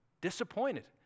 Disappointed